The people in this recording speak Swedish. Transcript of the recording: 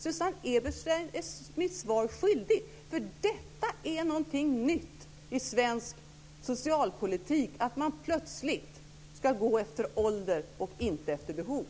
Susanne Eberstein är mig svaret skyldig, för detta är något nytt i svenska socialpolitik, att man plötsligt ska gå efter ålder och inte efter behov.